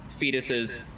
fetuses